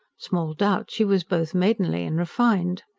small doubt she was both maidenly and refined.